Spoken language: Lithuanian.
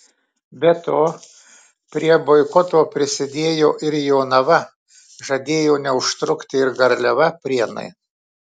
be to prie boikoto prisidėjo ir jonava žadėjo neužtrukti ir garliava prienai